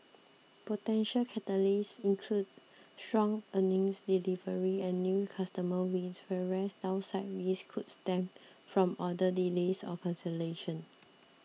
potential catalysts include stronger earnings delivery and new customer wins whereas downside risks could stem from order delays or cancellations